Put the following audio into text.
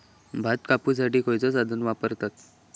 भात कापुसाठी खैयचो साधन वापरतत?